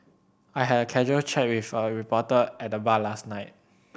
I had a casual chat with a reporter at the bar last night